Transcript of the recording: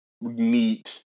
neat